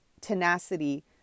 tenacity